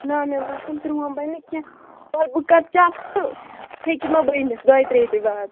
نہ مےٚ باسان پروٗن بَننہِ نہٕ کیٚنٛہہ توتہِ بہٕ کَرٕ چیٚک تہٕ ہیٚکہِ ما بٔنِتھ دۄیہِ ترٛیہِ دُہۍ بعد